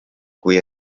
kui